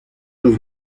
los